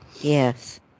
Yes